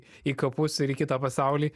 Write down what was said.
į kapus ir į kitą pasaulį